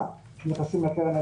זו סוגיה שנידונה פה במפגש הקודם.